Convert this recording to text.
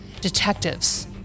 Detectives